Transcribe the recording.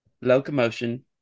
locomotion